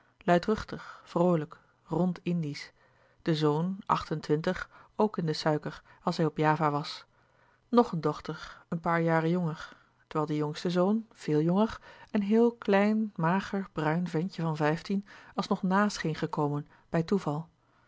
luidruchtig vroolijk rond indisch de zoon acht-entwintig ook in de suiker als hij op java was nog een dochter een paar jaren jonger terwijl de jongste zoon veel jonger een heel klein mager bruin ventje van vijftien als nog na scheen gekomen bij toeval